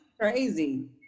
crazy